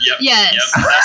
yes